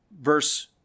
Verse